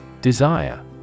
DESIRE